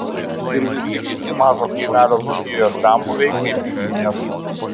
ir visi kiti mažo kaimelio dzūkijoje senbuviai kaip giminės